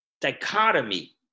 dichotomy